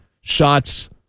shots